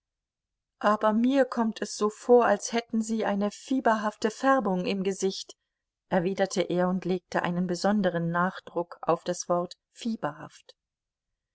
aber mir kommt es so vor als hätten sie eine fieberhafte färbung im gesicht erwiderte er und legte einen besonderen nachdruck auf das wort fieberhaft